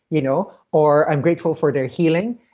you know or i'm grateful for their healing,